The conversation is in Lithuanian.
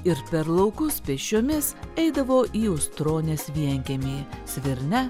ir per laukus pėsčiomis eidavo į ustronės vienkiemį svirne